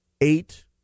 eight